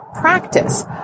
practice